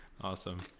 Awesome